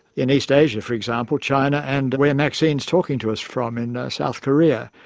in east asia, for example, china, and where maxine's talking to us from in south korea,